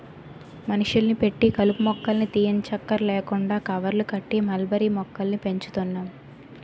మనుషుల్ని పెట్టి కలుపు మొక్కల్ని తీయంచక్కర్లేకుండా కవర్లు కట్టి మల్బరీ మొక్కల్ని పెంచుతున్నాం